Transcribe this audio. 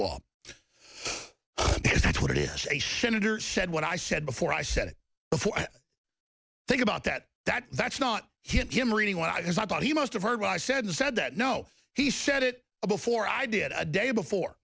law that's what it is a senator said what i said before i said it before i think about that that that's not him reading one of his i thought he must have heard by said and said that no he said it before i did a day before